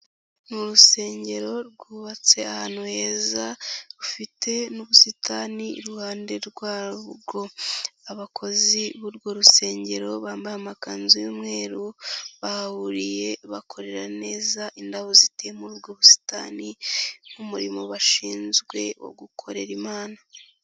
Ni urusengero rwubatse ahantu heza, rufite n'ubusitani iruhande rwabwo. Abakozi b'urwo rusengero bambaye amakanzu y'umweru, bahahuriye bakorera neza indabo ziteye muri ubwo busitani nk'umurimo bashinzwe wo gukorera imana.